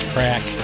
Crack